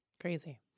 Crazy